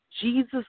Jesus